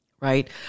right